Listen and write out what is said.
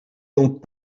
donc